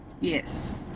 Yes